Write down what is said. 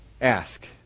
Ask